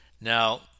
Now